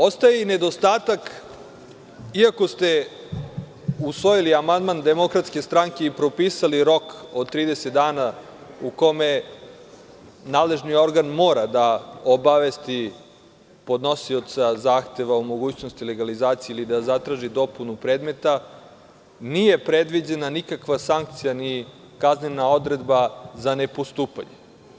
Ostaje i nedostatak, iako ste usvojili amandman DS i propisali rok od 30 dana u kome nadležni organ mora da obavesti podnosioca zahteva o mogućnosti legalizacije ili da zatraži dopunu predmeta, nije predviđena nikakva sankcija ni kaznena odredba za nepostupanje.